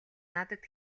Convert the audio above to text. надад